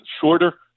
shorter